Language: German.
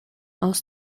aus